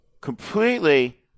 completely